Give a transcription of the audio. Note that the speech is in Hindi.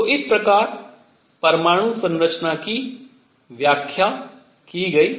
तो इस प्रकार परमाणु संरचना की व्याख्या की गई